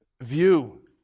view